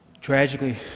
Tragically